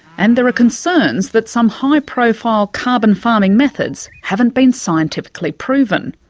and there are concerns that some high profile carbon farming methods haven't been scientifically proven,